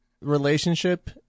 relationship